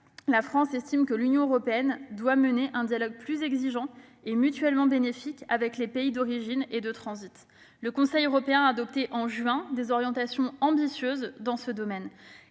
la France estime que l'Union européenne doit mener un dialogue plus exigeant et mutuellement bénéfique avec les pays d'origine et de transit. Le Conseil européen a adopté en juin dernier des orientations ambitieuses en ce domaine.